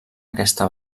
aquesta